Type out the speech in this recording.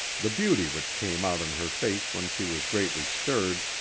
the beauty which came out on her face when she was greatly stirred,